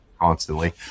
constantly